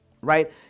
right